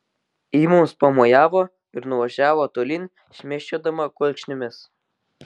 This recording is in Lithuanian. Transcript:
ji mums pamojavo ir nuvažiavo tolyn šmėsčiodama kulkšnimis